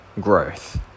growth